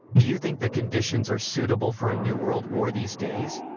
do you think the conditions are suitable for a new world war these days?